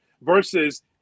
versus